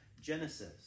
Genesis